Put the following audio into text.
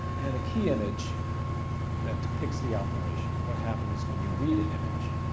and a key image that depicts the operation, what happens when you read an image?